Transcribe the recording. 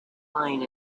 lying